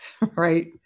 right